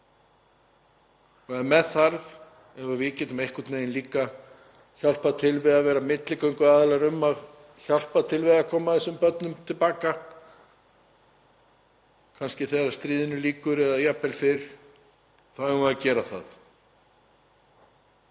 Og ef við getum einhvern veginn líka hjálpað til við að vera milligönguaðilar um að hjálpa til við að koma þessum börnum til baka, kannski þegar stríðinu lýkur eða jafnvel fyrr, þá eigum við að gera það.